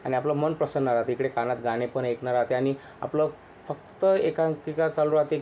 आणि आपलं मन प्रसन्न राहते इकडे कानात गाणेपण ऐकणं राहाते आणि आपलं फक्त एकांकिका चालू राहते